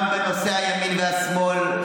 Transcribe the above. גם בנושא הימין והשמאל,